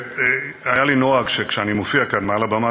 היה לי נוהג שכשאני מופיע כאן מעל הבמה,